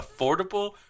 affordable